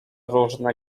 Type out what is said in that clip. różne